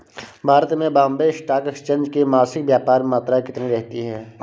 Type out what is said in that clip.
भारत में Bombay Stock Exchange की मासिक व्यापार मात्रा कितनी रहती है?